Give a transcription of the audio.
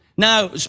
Now